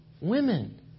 women